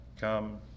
come